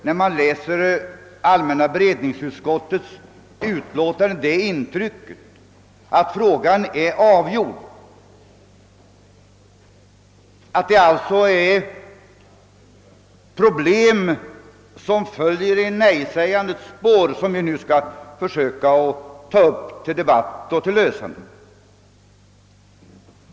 När man läser allmänna beredningsutskottets utlåtande får man intrycket att frågan är avgjord och att det alltså är de problem som följer i nej-sägandets spår vi nu skall ta upp till debatt och försöka lösa.